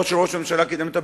או שראש הממשלה קידם את הביטחון.